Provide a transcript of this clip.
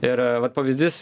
ir vat pavyzdys